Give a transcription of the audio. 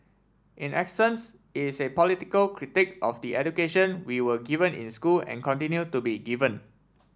in essence it's a political critique of the education we were given in school and continue to be given